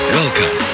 welcome